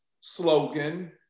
slogan